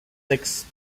six